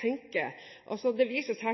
tenker. Det vises her